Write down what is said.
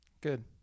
Good